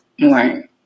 Right